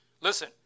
Listen